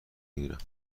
میبینم